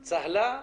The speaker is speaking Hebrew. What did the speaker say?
צהלה,